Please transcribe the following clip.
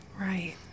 Right